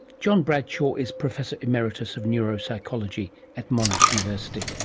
john bradshaw is professor emeritus of neuropsychology at monash university.